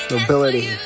Nobility